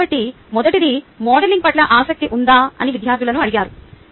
కాబట్టి మొదటిది మోడలింగ్ పట్ల ఆసక్తి ఉందా అని విద్యార్థులను అడిగారు